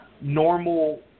normal